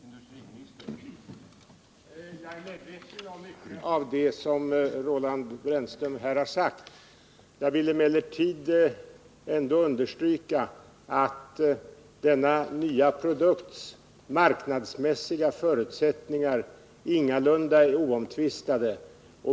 Herr talman! Jag är medveten om mycket av det Roland 3rännström har sagt. Jag vill emellertid ändå understryka att denna nya produkts marknadsmässiga förutsättningar ingalunda är oomtvistade.